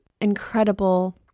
incredible